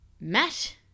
Matt